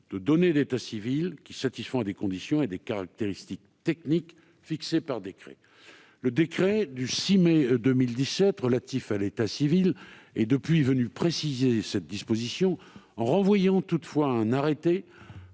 de données d'état civil qui satisfont à des conditions et des caractéristiques techniques fixées par décret. Le décret du 6 mai 2017 relatif à l'état civil est depuis venu préciser cette disposition, en renvoyant toutefois à un arrêté